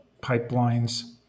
pipelines